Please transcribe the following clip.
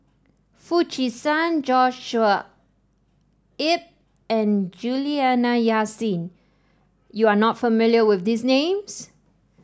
Foo Chee San Joshua Ip and Juliana Yasin you are not familiar with these names